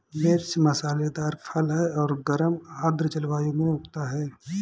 मिर्च मसालेदार फल है और गर्म आर्द्र जलवायु में उगता है